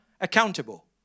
accountable